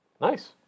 Nice